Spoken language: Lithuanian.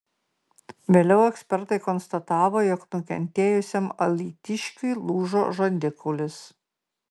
vėliau ekspertai konstatavo jog nukentėjusiam alytiškiui lūžo žandikaulis